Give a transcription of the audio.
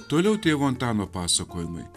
toliau tėvo antano pasakojimai